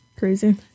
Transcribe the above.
crazy